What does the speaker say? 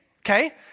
okay